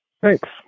Thanks